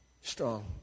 Strong